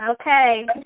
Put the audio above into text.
Okay